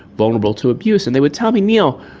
vulnerable to abuse, and they would tell me, neil,